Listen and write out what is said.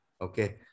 okay